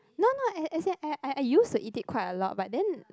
no no as in I I used to eat it quite a lot but